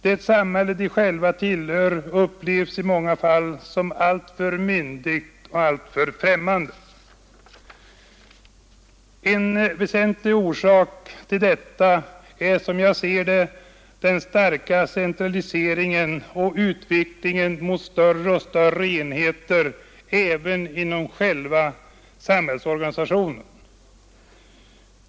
Det samhälle de tillhör upplevs i många fall som alltför myndigt och främmande. En väsentlig orsak till detta är, som jag ser det, den starka centraliseringen och utvecklingen mot större och större enheter även inom själva samhällsorganisationen.